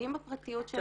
פוגעים בפרטיות שלה,